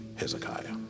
Hezekiah